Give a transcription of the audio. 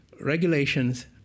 Regulations